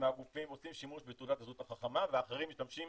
מהגופים עושים שימוש בתעודת הזהות החכמה ואחרים משתמשים